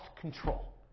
control